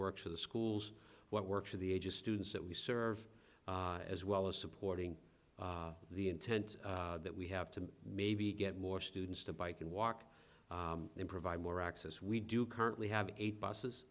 works for the schools what works for the age of students that we serve as well as supporting the intent that we have to maybe get more students to bike and walk and provide more access we do currently have eight buses